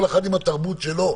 כל אחד עם התרבות שלו,